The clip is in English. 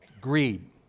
greed